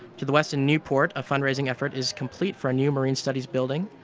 to the west in newport, a fundraising effort is complete for a new marine studies building.